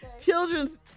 Children's